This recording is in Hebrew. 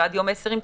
ועד יום 20 כן.